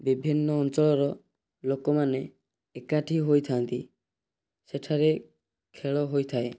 ବିଭିନ୍ନ ଅଞ୍ଚଳର ଲୋକମାନେ ଏକାଠି ହୋଇଥାନ୍ତି ସେଠାରେ ଖେଳ ହୋଇଥାଏ